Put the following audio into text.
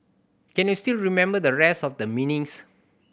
can you still remember the rest of the meanings